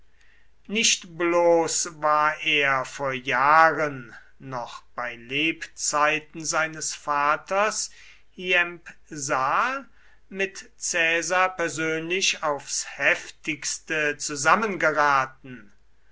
nicht bloß war er vor jahren noch bei lebzeiten seines vaters hiempsal mit caesar persönlich aufs heftigste zusammengeraten